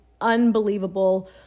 unbelievable